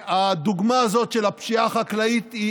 והדוגמה הזאת של הפשיעה החקלאית היא